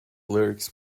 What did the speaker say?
lyrics